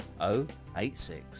086